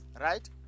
right